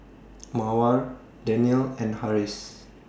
Mawar Daniel and Harris